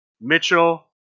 Mitchell